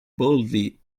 boldly